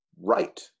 right